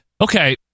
Okay